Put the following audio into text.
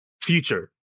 future